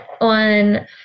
On